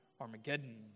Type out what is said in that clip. Armageddon